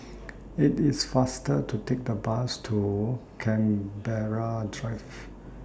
IT IS faster to Take The Bus to Canberra Drive